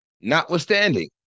Notwithstanding